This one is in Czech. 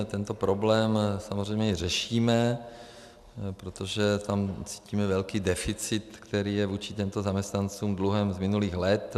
Tento problém samozřejmě řešíme, protože tam cítíme velký deficit, který je vůči těmto zaměstnancům dluhem z minulých let.